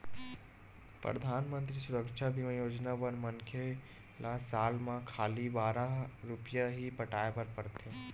परधानमंतरी सुरक्छा बीमा योजना बर मनखे ल साल म खाली बारह रूपिया ही पटाए बर परथे